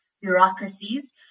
bureaucracies